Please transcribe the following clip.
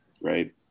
right